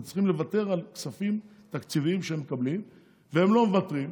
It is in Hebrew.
הם צריכים לוותר על כספים ותקציבים שהם מקבלים והם לא מוותרים,